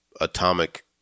atomic